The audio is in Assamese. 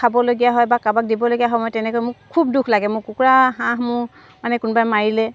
খাবলগীয়া হয় বা কাৰোবাক দিবলগীয়া সময় তেনেকৈ মোক খুব দুখ লাগে মোক কুকুৰা হাঁহ মোৰ মানে কোনোবাই মাৰিলে